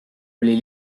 oli